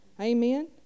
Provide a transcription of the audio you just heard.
amen